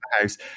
house